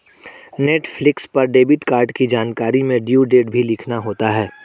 Netflix पर debit card की जानकारी में ड्यू डेट भी लिखना होता है